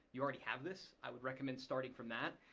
you already have this. i would recommend starting from that.